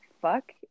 fuck